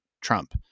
Trump